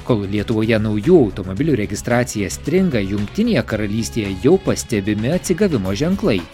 kol lietuvoje naujų automobilių registracija stringa jungtinėje karalystėje jau pastebimi atsigavimo ženklai